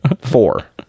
Four